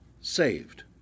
saved